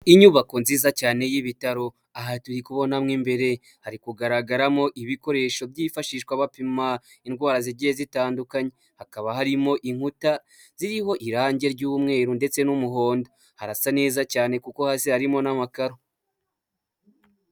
Inyubako nziza cyane y'ibitaro. Aha turi kubonamo imbere, hari kugaragaramo ibikoresho byifashishwa bapima indwara zigiye zitandukanye. Hakaba harimo inkuta ziriho irangi ry'umweru ndetse n'umuhondo. Harasa neza cyane kuko hasi harimo n'amakaro